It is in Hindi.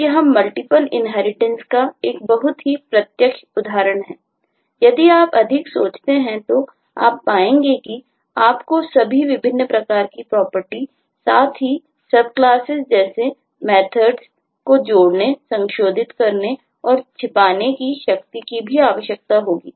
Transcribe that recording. तो यह मल्टीपल इन्हेरिटेंस को जोड़ने संशोधित करने और छिपाने के की शक्ति की भी आवश्यकता होगी